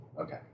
Okay